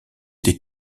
des